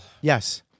Yes